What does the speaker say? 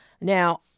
Now